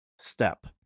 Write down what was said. step